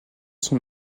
sont